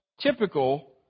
typical